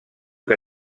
que